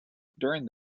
during